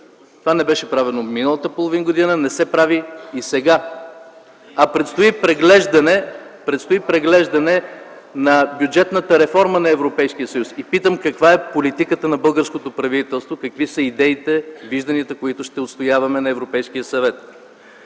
Това не беше правено миналата половин година, не се прави и сега, а предстои преглеждане на бюджетната реформа на Европейския съюз и питам: каква е политиката на българското правителство, какви са идеите и вижданията, които ще отстояваме на Европейския съвет?